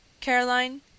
Caroline